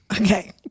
okay